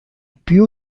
più